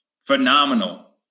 Phenomenal